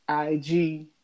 IG